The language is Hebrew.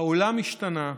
"העולם השתנה,